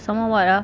some more what ah